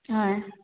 হয়